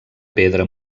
pedra